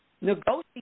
negotiate